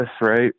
right